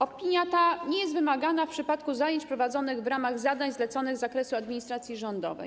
Opinia ta nie jest wymagana w przypadku zajęć prowadzonych w ramach zadań zleconych z zakresu administracji rządowej.